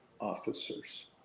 officers